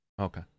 okay